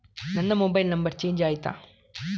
ನನ್ನ mobile number change ಆಯ್ತಾ?